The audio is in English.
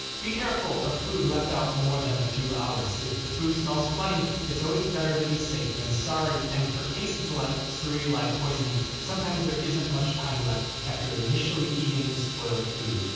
be careful of food left out for more than a few hours. if food smells funny, it's always better to be safe than sorry, and for cases like cereulide poisoning, sometimes there isn't much time left after initially eating the spoiled food,